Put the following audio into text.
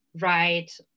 right